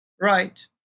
right